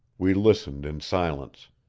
we listened in silence.